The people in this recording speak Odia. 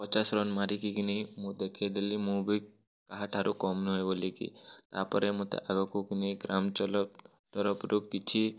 ପଚାଶ୍ ରନ୍ ମାରିକି କି ନି ମୁଁ ଦେଖେିଇଦେଲି ମୁଁ ବି କାହାଠାରୁ କମ୍ ନୁହେଁ ବୋଲିକି ତା'ପରେ ମୋତେ ଆଗକୁ କି ନି ଗ୍ରାମଞ୍ଚଳ ତରଫରୁ କିଛି